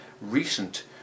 recent